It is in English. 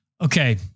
Okay